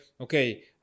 okay